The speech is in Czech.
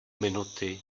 minuty